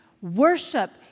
worship